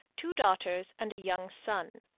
two daughters, and a young son.